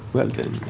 well then,